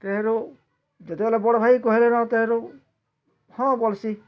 ତେରୁ ଯେତେବେଲେ ବଡ଼ ଭାଇ କହିଲେ ନ ତେରୁ ହଁ କର୍ସି